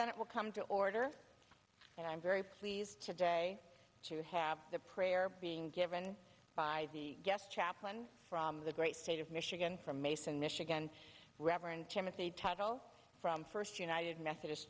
senate will come to order and i'm very pleased today to have the prayer being given by the guest chaplain from the great state of michigan from mason michigan to reverend timothy title from first united methodist